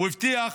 הוא הבטיח